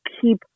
keep